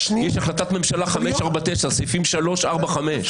יש החלטת ממשלה 549, סעיפים 3, 4, 5,